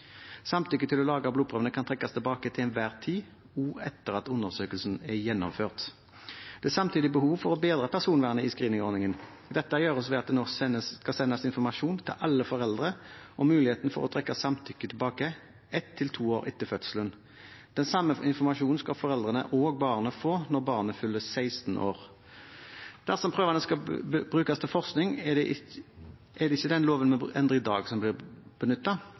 Samtykke til å lagre blodprøvene kan trekkes tilbake til enhver tid, også etter at undersøkelsen er gjennomført. Det er samtidig behov for å bedre personvernet i screeningordningen. Dette gjøres ved at det nå skal sendes informasjon til alle foreldre om muligheten for å trekke samtykket tilbake ett til to år etter fødselen. Den samme informasjonen skal foreldrene og barnet få når barnet fyller 16 år. Dersom prøvene skal brukes til forskning, er det ikke den loven vi endrer i dag, som blir